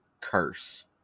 curse